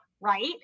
right